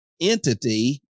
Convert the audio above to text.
entity